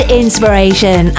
inspiration